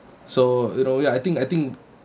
so you know ya I think I think